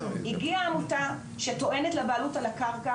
הגיעה עמותה שטוענת על בעלות על הקרקע